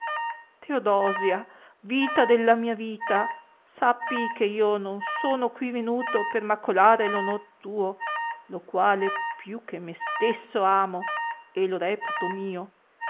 teodosia vita della mia vita sappi che io non sono qui venuto per macolare onor tuo lo quale più che me stesso amo e lo reputo mio